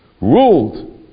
ruled